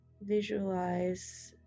Visualize